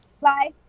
Bye